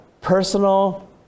personal